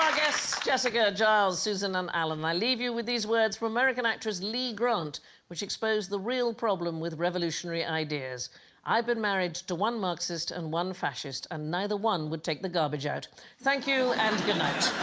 guests jessica giles susan and alan i leave you with these words from american actress, lee grant which exposed the real problem with revolutionary ideas i've been married to one marxist and one fascist and neither one would take the garbage out thank you and good night